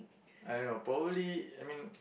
I don't know probably I mean